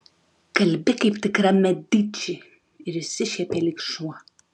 kalbi kaip tikra mediči ir išsišiepė lyg šuo